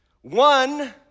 One